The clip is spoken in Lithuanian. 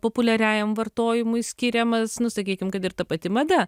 populiariajam vartojimui skiriamas nu sakykim kad ir ta pati mada